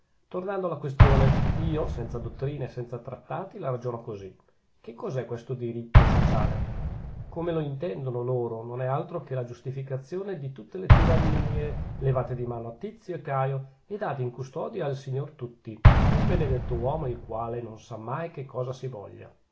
tornando alla questione io senza dottrina e senza trattati la ragiono così che cos'è questo diritto sociale come lo intendono loro non è altro che la giustificazione di tutte le tirannie levate di mano a tizio e caio e date in custodia al signor tutti un benedetto uomo il quale non sa mai che cosa si voglia